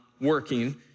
working